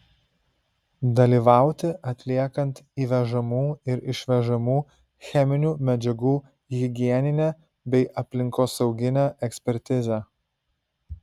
dalyvauti atliekant įvežamų ir išvežamų cheminių medžiagų higieninę bei aplinkosauginę ekspertizę